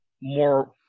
more